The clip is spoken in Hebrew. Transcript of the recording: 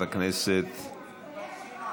וכדאי היה